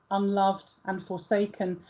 unloved and forsaken,